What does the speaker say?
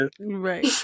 Right